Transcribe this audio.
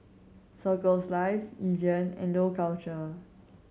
Circles Life Evian and Dough Culture